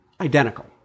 identical